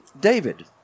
David